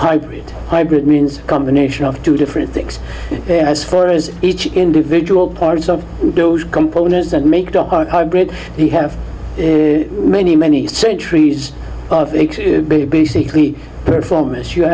hybrid hybrid means a combination of two different things as far as each individual parts of those components that make the grid we have many many centuries of basically performance you